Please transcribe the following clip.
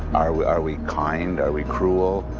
are we are we kind, are we cruel,